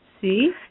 See